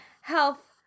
health